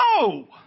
No